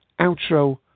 outro